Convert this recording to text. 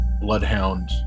Bloodhound